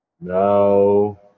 no